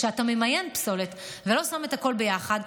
כשאתה ממיין פסולת ולא שם את הכול ביחד,